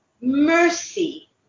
mercy